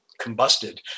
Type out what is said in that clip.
combusted